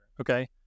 Okay